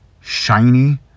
shiny